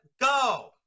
go